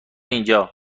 اینجا